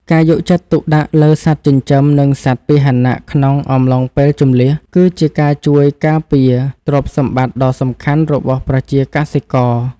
ការយកចិត្តទុកដាក់លើសត្វចិញ្ចឹម និងសត្វពាហនៈក្នុងអំឡុងពេលជម្លៀស គឺជាការជួយការពារទ្រព្យសម្បត្តិដ៏សំខាន់របស់ប្រជាកសិករ។